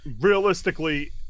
realistically